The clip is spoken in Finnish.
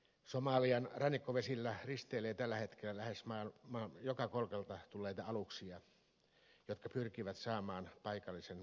somalian rannikkovesillä risteilee tällä hetkellä lähes maailman joka kolkalta tulleita aluksia jotka pyrkivät saamaan paikallisen merirosvouksen kuriin